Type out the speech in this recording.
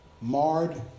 marred